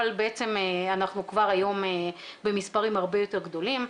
אבל בעצם אנחנו כבר היום במספרים הרבה יותר גדולים.